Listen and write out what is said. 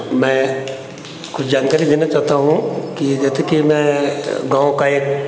मैं कुछ जानकारी देना चाहता हूँ कि जैसे की मैं गाँव का एक